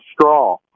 straw